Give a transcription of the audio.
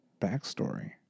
backstory